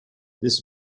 this